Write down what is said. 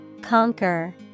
Conquer